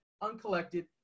uncollected